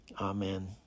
Amen